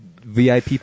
VIP